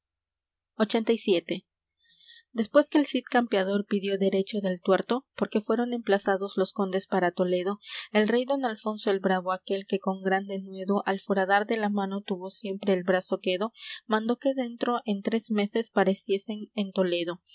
después que el cid campeador pidió derecho del tuerto porque fueron emplazados los condes para toledo el rey don alfonso el bravo aquel que con gran denuedo al foradar de la mano tuvo siempre el brazo quedo mandó que dentro en tres meses pareciesen en toledo